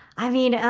i mean,